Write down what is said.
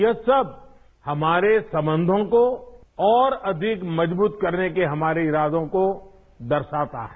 ये सब हमारे संबंधों को और अधिक मजबूत करने के हमारे इरादों को दर्शाता है